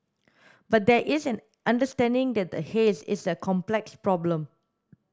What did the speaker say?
but there is an understanding that the haze is a complex problem